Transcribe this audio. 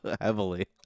heavily